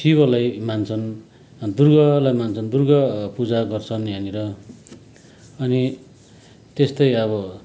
शिवलाई मान्छन् दुर्गालाई मान्छन् दुर्गा पूजा गर्छन् यहाँनिर अनि त्यस्तै अब